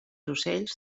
ocells